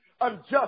unjust